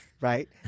Right